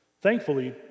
Thankfully